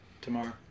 tomorrow